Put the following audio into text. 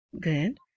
good